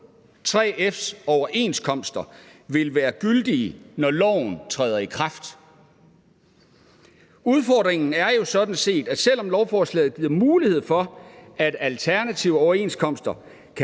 3F's overenskomster vil være gyldige, når loven træder i kraft. Udfordringen er jo sådan set, at selv om lovforslaget giver mulighed for, at alternative overenskomster kan